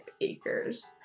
acres